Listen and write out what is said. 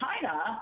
China